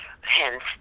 Hence